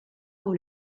pour